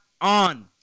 on